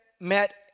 met